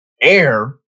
air